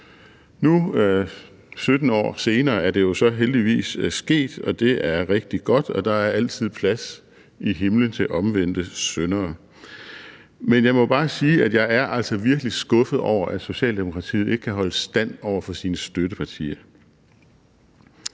Nu 17 år senere er det jo så heldigvis sket, og det er rigtig godt, og der er altid plads i himlen til omvendte syndere. Men jeg må bare sige, at jeg er virkelig skuffet over, at Socialdemokratiet ikke kan holde stand over for sine støttepartier.